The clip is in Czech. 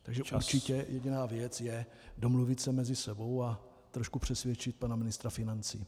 Takže určitě jediná věc je domluvit se mezi sebou a trošku přesvědčit pana ministra financí.